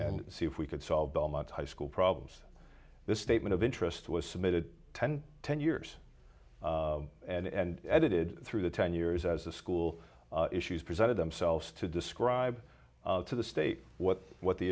and see if we could solve belmont high school problems this statement of interest was submitted ten ten years and edited through the ten years as the school issues presented themselves to describe to the state what what the